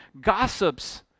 Gossips